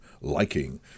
liking